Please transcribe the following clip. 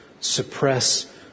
suppress